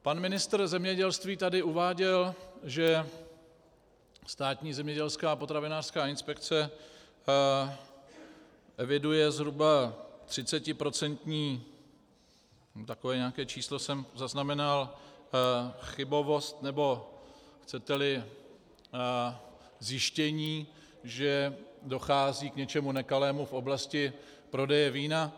Pan ministr zemědělství tady uváděl, že Státní zemědělská a potravinářská inspekce eviduje zhruba 30%, takové nějaké číslo jsem zaznamenal, chybovost nebo, chceteli zjištění, že dochází k něčemu nekalému v oblasti prodeje vína.